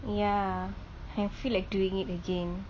ya I feel like doing it again